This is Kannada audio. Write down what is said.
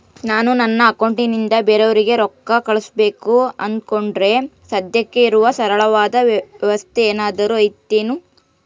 ನಾನು ನನ್ನ ಅಕೌಂಟನಿಂದ ಬೇರೆಯವರಿಗೆ ರೊಕ್ಕ ಕಳುಸಬೇಕು ಅಂದುಕೊಂಡರೆ ಸದ್ಯಕ್ಕೆ ಇರುವ ಸರಳವಾದ ವ್ಯವಸ್ಥೆ ಏನಾದರೂ ಐತೇನು?